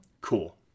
Cool